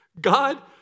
God